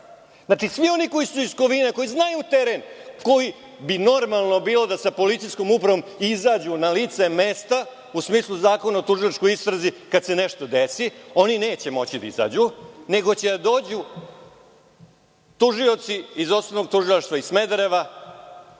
Svi oni koji su iz Kovina, koji znaju teren, koji bi normalno bilo da sa policijskom upravom izađu na lice mesta, u smislu Zakona o tužilačkoj istrazi, kada se nešto desi, oni neće moći da izađu, nego će da dođu tužioci iz Osnovnog tužilaštva iz Smedereva